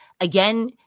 again